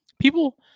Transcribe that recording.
People